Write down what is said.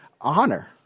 honor